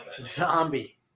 Zombie